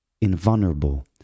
invulnerable